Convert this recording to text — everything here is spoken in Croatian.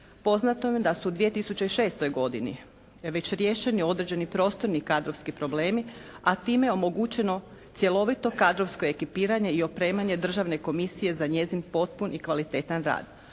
Poznato je da su u 2006. godini već riješeni određeni prostorni i kadrovski problemi, a time je omogućeno cjelovito kadrovsko ekipiranje i opremanje državne komisije za njezin potpun i kvalitetan rad.